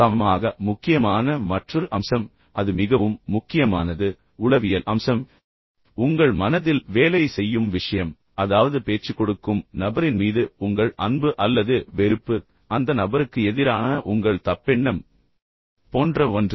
சமமாக முக்கியமான மற்றொரு அம்சம் இல்லையென்றால் அது மிகவும் முக்கியமானது உளவியல் அம்சம் உங்கள் மனதில் வேலை செய்யும் விஷயம் அதாவது பேச்சு கொடுக்கும் நபரின் மீது உங்கள் அன்பு அல்லது வெறுப்பு அந்த நபருக்கு எதிரான உங்கள் தப்பெண்ணம் போன்ற ஒன்று